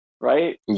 right